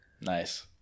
Nice